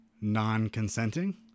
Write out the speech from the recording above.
non-consenting